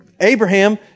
Abraham